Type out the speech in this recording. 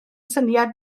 syniad